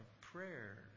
prayer